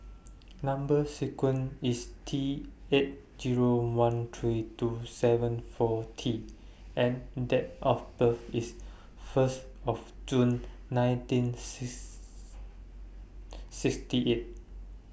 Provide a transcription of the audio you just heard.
Number sequence IS T eight Zero one three two seven four T and Date of birth IS First of June nineteen sixty eight